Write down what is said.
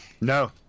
no